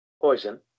poison